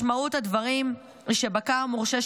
משמעות הדברים היא שבקר מורשה,